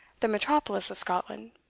the metropolis of scotland.